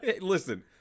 Listen